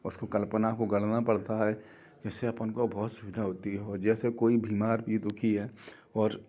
वस्तु कल्पना को गढ़ना पड़ता है जिससे अपन को बहुत सुविधा होती है जैसे कोई बीमार है दुखी है और